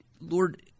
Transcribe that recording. Lord